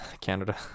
Canada